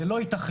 זה לא ייתכן.